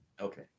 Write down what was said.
Okay